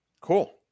Cool